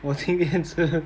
我今天吃